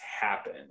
happen